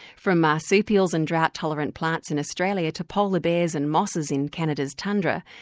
from marsupials and drought tolerant plants in australia to polar bears and mosses in canada's tundra,